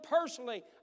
personally